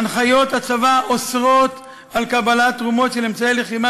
הנחיות הצבא אוסרות קבלת תרומות של אמצעי לחימה